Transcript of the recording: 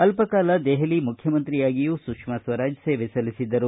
ಅಲ್ಲ ಕಾಲ ದೆಹಲಿ ಮುಖ್ಯಮಂತ್ರಿಯಾಗಿಯೂ ಸುಷ್ಮಾ ಸ್ವರಾಜ್ ಸೇವೆ ಸಲ್ಲಿಸಿದ್ದರು